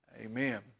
amen